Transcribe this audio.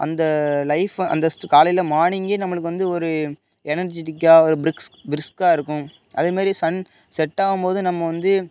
அந்த லைஃபை அந்த காலையில் மார்னிங்கே நம்மளுக்கு வந்து ஒரு எனர்ஜிட்டிக்கா ஒரு ப்ரிஸ்க் ப்ரிஸ்க்காக இருக்கும் அது மாரி சன் செட்டாகும் போது நம்ம வந்து